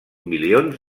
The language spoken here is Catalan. milions